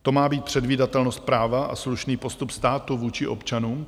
To má být předvídatelnost práva a slušný postup státu vůči občanům?